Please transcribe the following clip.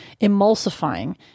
emulsifying